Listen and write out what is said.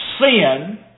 sin